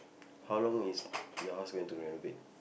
how long is your house going to renovate